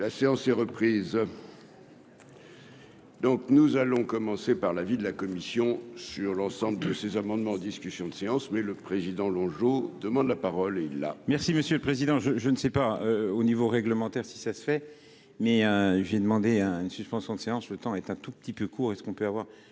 La séance est reprise. Donc nous allons commencer par l'avis de la commission sur l'ensemble de ces amendements, discussions de séances mais le président Longeau demande la parole est là. Merci monsieur le président je je ne sais pas au niveau réglementaire, si ça se fait, mais j'ai demandé une suspension de séance, le temps est un tout petit peu court et ce qu'on peut avoir